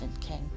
king